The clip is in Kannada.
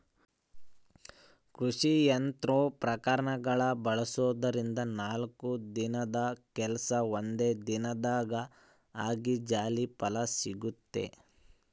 ಕೃಷಿ ಯಂತ್ರೋಪಕರಣಗಳನ್ನ ಬಳಸೋದ್ರಿಂದ ನಾಲ್ಕು ದಿನದ ಕೆಲ್ಸ ಒಂದೇ ದಿನದಾಗ ಆಗಿ ಜಲ್ದಿ ಫಲ ಸಿಗುತ್ತೆ